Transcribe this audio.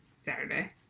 Saturday